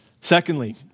Secondly